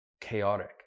chaotic